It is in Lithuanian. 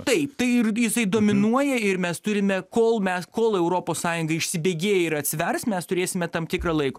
taip tai ir jisai dominuoja ir mes turime kol mes kol europos sąjunga išibėgėja ir atsvers mes turėsime tam tikrą laiko